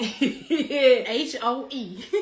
H-O-E